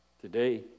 Today